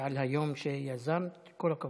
ועל היום שיזמת, כל הכבוד.